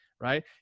right